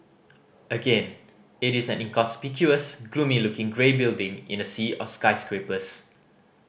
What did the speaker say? again it is an inconspicuous gloomy looking grey building in a sea of skyscrapers